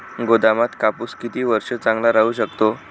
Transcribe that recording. गोदामात कापूस किती वर्ष चांगला राहू शकतो?